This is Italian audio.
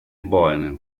borneo